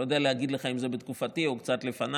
אני לא יודע להגיד לך אם זה בתקופתי או קצת לפניי,